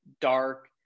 dark